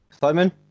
Simon